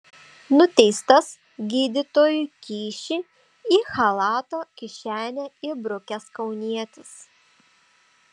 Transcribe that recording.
nuteistas gydytojui kyšį į chalato kišenę įbrukęs kaunietis